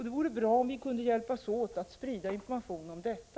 Det vore bra om vi kunde hjälpas åt att sprida information om detta.